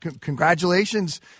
congratulations